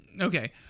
Okay